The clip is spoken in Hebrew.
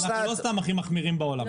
לא סתם אנחנו הכי מחמירים בעולם.